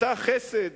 נטה חסד,